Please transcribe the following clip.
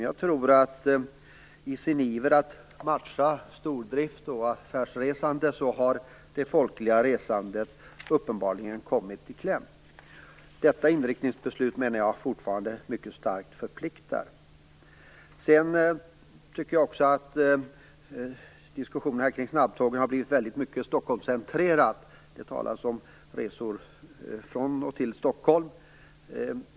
Jag tror dock att det är uppenbart att det folkliga resandet, som en följd av SJ:s iver att matcha stordrift och affärsresande, har kommit i kläm. Detta inriktningsbeslut är fortfarande, menar jag, fortfarande mycket starkt förpliktande. Jag tycker också att diskussionerna kring snabbtågen har blivit väldigt Stockholmscentrerad. Det talas om resor till och från Stockholm.